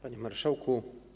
Panie Marszałku!